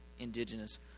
Indigenous